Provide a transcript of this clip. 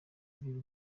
kugira